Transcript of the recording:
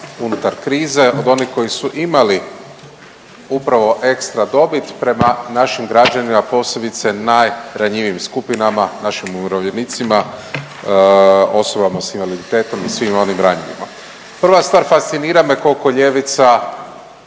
unutar krize od onih koji su imali upravo ekstra dobit prema našim građanima posebice najranjivijim skupinama našim umirovljenicima, osobama sa invaliditetom i svim onim ranjivima. Prva stvar fascinira me koliko ljevica